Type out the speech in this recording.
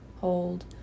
Hold